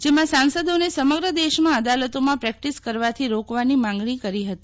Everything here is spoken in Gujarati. જેમાં સાંસદોને સમગ્ર દેશમાં અદાલતોમાં પ્રેકટીસ કરવાથી રોકવાની માંગષ્ટી કરી હતી